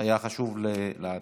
היה חשוב לעדכן.